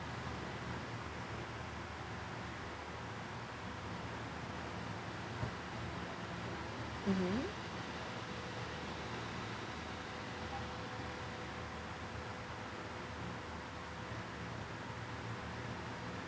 mmhmm